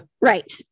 right